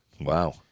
Wow